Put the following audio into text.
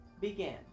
Begin